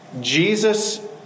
Jesus